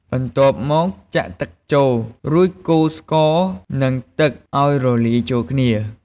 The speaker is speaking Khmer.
បន្ទាប់មក ចាក់ទឹកចូល រួចកូរស្ករ និងទឹកឱ្យរលាយចូលគ្នា។